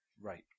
Right